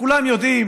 שכולם יודעים